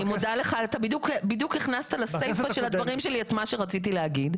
אני מודה לך שבדיוק הכנסת לסיפא של הדברים שלי את מה שרציתי להגיד.